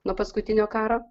nuo paskutinio karo